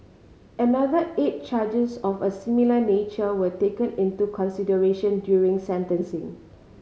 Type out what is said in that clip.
another eight charges of a similar nature were taken into consideration during sentencing